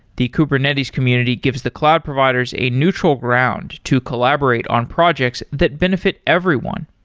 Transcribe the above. the kubernetes community gives the cloud providers a neutral ground to collaborate on projects that benefit everyone.